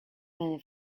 many